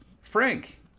frank